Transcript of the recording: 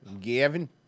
Gavin